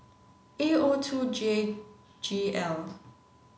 A O two J G L